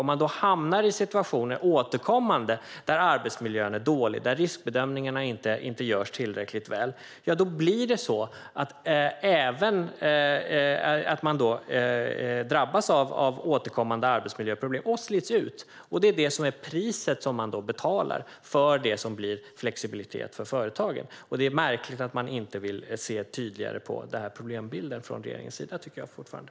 Om man då återkommande hamnar i situationer där arbetsmiljön är dålig och där riskbedömningarna inte görs tillräckligt väl drabbas man återkommande av arbetsproblem och slits ut. Det är priset som man betalar för det som innebär flexibilitet för företagen. Jag tycker att det är märkligt att man från regeringens sida inte vill titta noggrannare på den här problembilden.